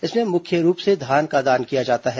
इसमें मुख्य रूप से धान का दान किया जाता है